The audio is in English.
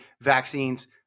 vaccines